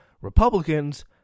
Republicans